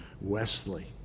Wesley